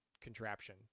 contraption